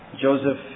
Joseph